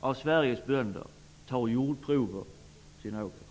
av Sveriges bönder tar jordprover på sina åkrar.